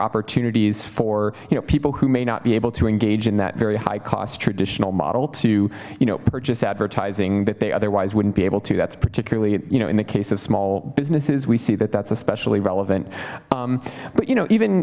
opportunities for you know people who may not be able to engage in that very high cost traditional model to you know purchase advertising that they otherwise wouldn't be able to that's particularly you know in the case of small businesses we see that that's especially relevant but you know even